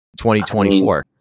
2024